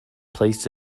placed